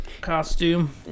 costume